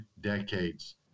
decades